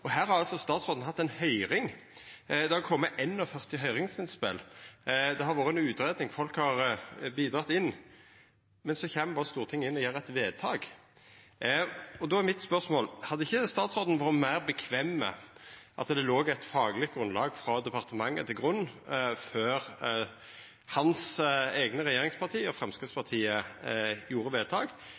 og gjer eit vedtak. Då er mitt spørsmål: Hadde ikkje statsråden vore meir komfortabel med at det låg eit fagleg grunnlag frå departementet til grunn før hans eigne regjeringsparti og Framstegspartiet gjorde vedtak,